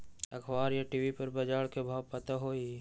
अखबार या टी.वी पर बजार के भाव पता होई?